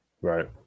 Right